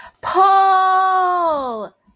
Paul